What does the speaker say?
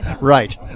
Right